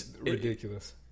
ridiculous